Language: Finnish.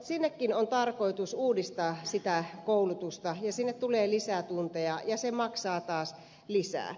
siinäkin on tarkoitus uudistaa koulutusta ja sinne tulee lisää tunteja ja se maksaa taas lisää